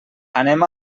anem